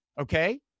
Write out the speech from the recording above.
okay